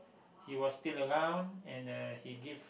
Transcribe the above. he was still around and uh he give